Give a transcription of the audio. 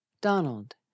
Donald